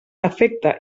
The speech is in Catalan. afecta